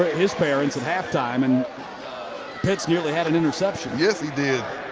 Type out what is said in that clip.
his parents at halftime and pitts nearly had an interception. yes, he did.